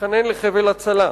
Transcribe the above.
והתחנן לחבל הצלה.